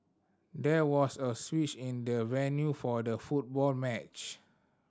there was a switch in the venue for the football match